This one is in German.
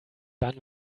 dann